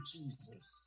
Jesus